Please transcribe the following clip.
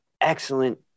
excellent